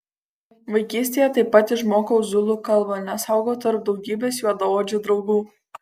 vaikystėje taip pat išmokau zulų kalbą nes augau tarp daugybės juodaodžių draugų